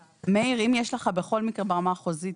מאיר, אם יש לך בכל מקרה ברמה החוזית?